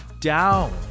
down